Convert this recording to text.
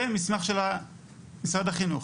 זה מסמך של משרד החינוך.